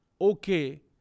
okay